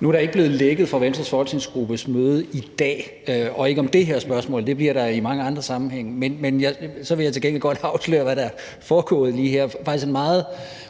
Nu er der ikke blevet lækket fra Venstres folketingsgruppes møde i dag og ikke om det her spørgsmål – det bliver der i mange andre sammenhænge – men så vil jeg til gengæld godt afsløre, hvad der er foregået lige her, nemlig faktisk en meget